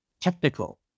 technical